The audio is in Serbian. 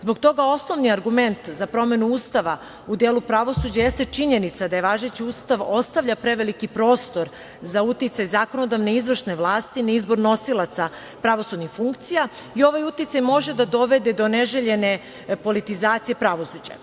Zbog toga osnovni argument za promenu Ustava u delu pravosuđa jeste činjenica da važeći Ustav ostavlja preveliki prostor za uticaj zakonodavne i izvršne vlasti na izbor nosilaca pravosudnih funkcija i ovaj uticaj može da dovede do neželjene politizacije pravosuđa.